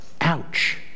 Ouch